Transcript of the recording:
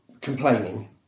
complaining